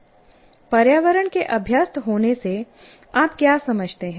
पर्यावरण के अभ्यस्त होने से आप क्या समझते हैं